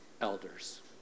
elders